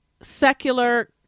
secular